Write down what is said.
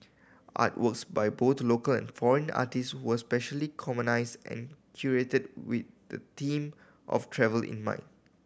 artworks by both local and foreign artist were specially and curated with the theme of travel in mind